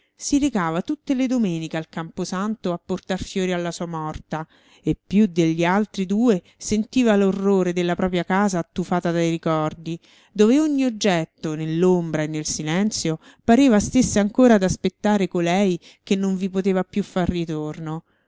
si recava tutte le domeniche al camposanto a portar fiori alla sua morta e più degli altri due sentiva l'orrore della propria casa attufata dai ricordi dove ogni oggetto nell'ombra e nel silenzio pareva stesse ancora ad aspettare colei che non vi poteva più far ritorno